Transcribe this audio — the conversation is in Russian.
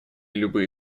любые